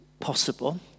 possible